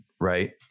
right